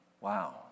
Wow